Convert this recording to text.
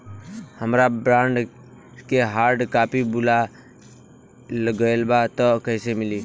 हमार बॉन्ड के hard copy भुला गएलबा त कैसे मिली?